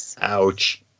Ouch